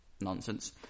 Nonsense